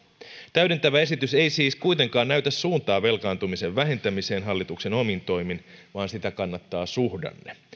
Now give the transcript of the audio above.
täydentävä esitys ei siis kuitenkaan näytä suuntaa velkaantumisen vähentämiseen hallituksen omin toimin vaan sitä kannattaa suhdanne